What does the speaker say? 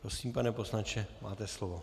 Prosím, pane poslanče, máte slovo.